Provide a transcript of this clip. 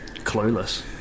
clueless